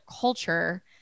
culture